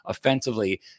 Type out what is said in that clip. offensively